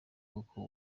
kuko